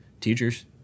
teachers